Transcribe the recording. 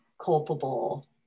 culpable